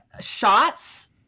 shots